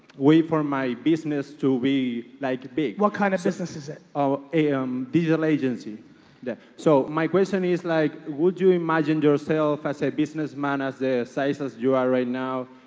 wait for my business to be like big, what kind of businesses that are? a um digital agency that, so my question is, like would you imagine yourself as a business man as a size as you are right now?